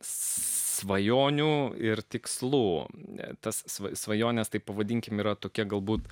svajonių ir tikslų ne tas svajones taip pavadinkime yra tokia galbūt